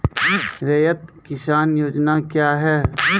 रैयत किसान योजना क्या हैं?